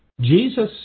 Jesus